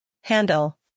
handle